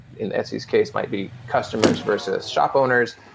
in etsy's case, might be customers versus shop owners,